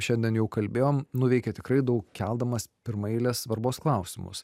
šiandien jau kalbėjom nuveikė tikrai daug keldamas pirmaeilės svarbos klausimus